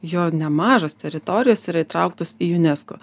jo nemažos teritorijos yra įtrauktos į unesco